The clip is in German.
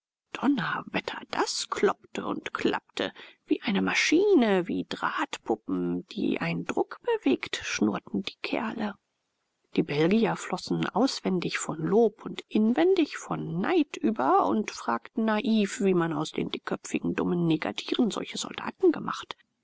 donnerwetter das kloppte und klappte wie eine maschine wie drahtpuppen die ein druck bewegt schnurrten die kerle die belgier flossen auswendig von lob und inwendig von neid über und fragten naiv wie man aus den dickköpfigen dummen negertieren solche soldaten gemacht